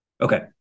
Okay